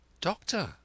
Doctor